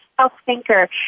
self-thinker